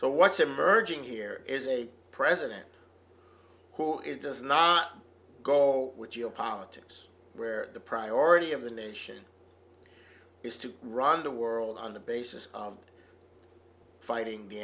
to what's emerging here is a president it does not go with politics where the priority of the nation is to run the world on the basis of fighting the